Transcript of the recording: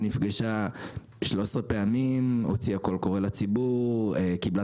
היא נפגשה 13 פעמים; הוציאה קול קורא לציבור; קיבלה